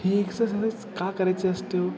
ही exercise का करायची असते हो